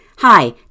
Hi